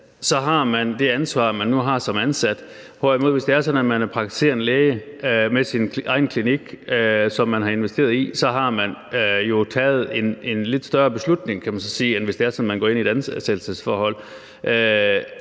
har det ansvar, man nu har som ansat, hvorimod man jo, hvis det er sådan, at man er praktiserende læge med sin egen klinik, som man har investeret i, har taget en lidt større beslutning, kan man så sige, altså end hvis det er sådan, at man går ind i et ansættelsesforhold.